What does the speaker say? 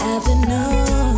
Afternoon